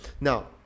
Now